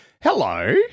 Hello